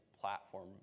platform